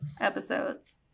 episodes